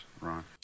Ron